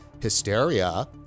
hysteria